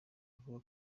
avuga